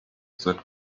that